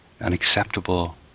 unacceptable